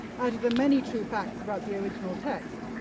out of the many true facts about the original text,